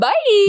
Bye